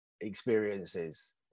experiences